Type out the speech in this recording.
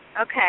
Okay